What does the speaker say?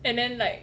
and then like